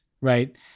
right